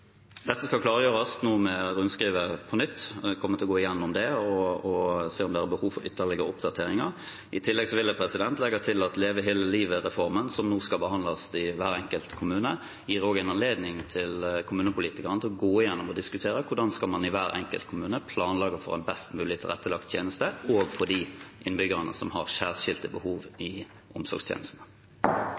Dette skal nå klargjøres med rundskrivet på nytt. Vi kommer til å gå gjennom det og se om det er behov for ytterligere oppdateringer. I tillegg vil jeg legge til at Leve hele livet-reformen, som nå skal behandles i hver enkelt kommune, også gir en anledning for kommunepolitikerne til å gå gjennom og diskutere hvordan man i hver enkelt kommune skal planlegge for en best mulig tilrettelagt tjeneste, også for de innbyggerne som har særskilte behov i omsorgstjenestene.